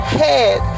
head